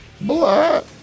Black